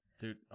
dude